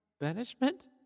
Banishment